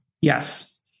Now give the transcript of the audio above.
Yes